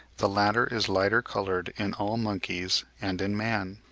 the latter is lighter coloured in all monkeys and in man.